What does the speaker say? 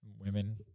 women